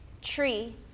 Tree